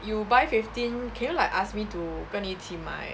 you buy fifteen can you like ask me to 跟你一起买